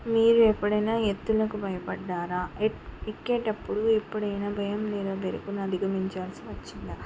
మీరు ఎప్పుడైనా ఎత్తులకు భయపడ్డారా ఎక్కే ఎక్కేటప్పుడు ఎప్పుడైనా భయం లేదా బెరుకును అధిగమించాల్సి వచ్చిందా